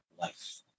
life